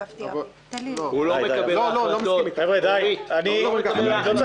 אורית, הוא לא מקבל החלטות, הוא מבצע.